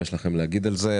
מה יש לכם להגיד על זה,